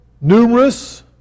numerous